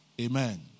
Amen